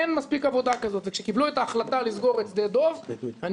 אין מספיק עבודה כזאת וכשקיבלו את ההחלטה לסגור את שדה דב אני